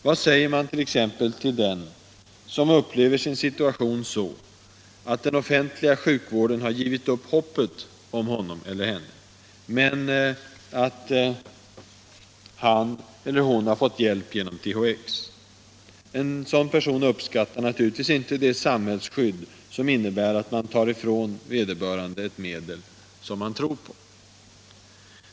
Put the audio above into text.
Vad säger man t.ex. till den som upplever sin situation så, att den offentliga sjukvården har gett upp hoppet om honom eller henne, men att han eller hon har fått hjälp genom THX? En sådan person uppskattar naturligtvis inte det samhällsskydd som innebär att man tar ifrån honom ett medel som han tror på.